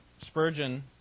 Spurgeon